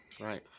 Right